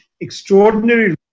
extraordinary